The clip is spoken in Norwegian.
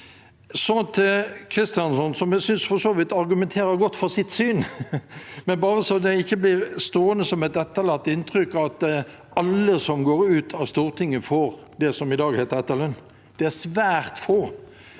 Kristjánsson, som jeg synes for så vidt argumenterer godt for sitt syn, men bare så det ikke blir stående som et etterlatt inntrykk at alle som går ut av Stortinget, får det som i dag heter etterlønn. Det er svært få.